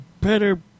Better